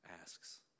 asks